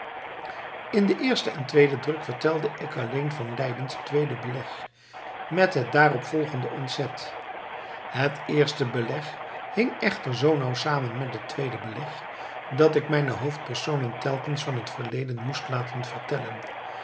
in den eersten en tweeden druk vertelde ik alleen van leidens tweede beleg met het daarop gevolgde ontzet het eerste beleg hing echter zoo nauw samen met het tweede beleg dat ik mijne hoofdpersonen telkens van het verleden moest laten vertellen